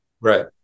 right